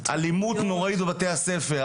אלימות נוראית בבתי הספר,